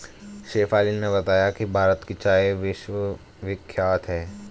शेफाली ने बताया कि भारत की चाय विश्वविख्यात है